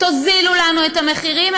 תורידו לנו את המחירים,